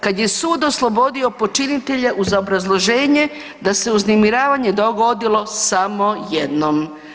Kad je sud oslobodio počinitelja uz obrazloženje da se uznemiravanje dogodilo samo jednom.